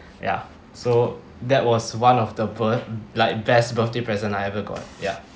ya so that was one of the bir~ like best birthday present I ever got ya